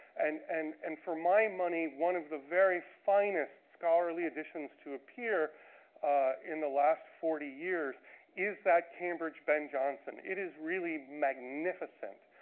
and and and, for my money, one of the very finest scholarly editions to appear in the last forty years is that cambridge ben jonson. it is really magnificent.